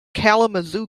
kalamazoo